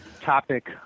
topic